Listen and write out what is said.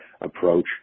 approach